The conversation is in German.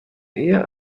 eher